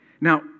now